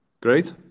Great